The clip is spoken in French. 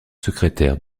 secrétaire